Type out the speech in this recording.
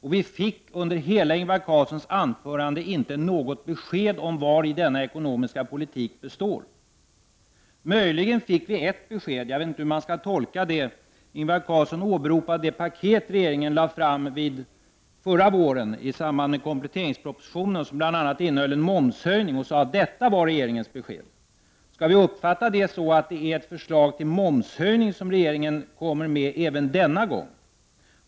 Vi fick inte, under hela Ingvar Carlssons anförande, något besked om vari denna ekonomiska politik består. Möjligen fick vi ett besked — jag vet inte hur man skall tolka det — när Ingvar Carlsson åberopade det paket som regeringen lade fram förra våren i samband med kompletteringspropositionen, som bl.a. innehöll en momshöjning, och sade att detta var regeringens besked. Skall vi uppfatta det så att det är ett förslag till momshöjning som regeringen kommer med även denna gång?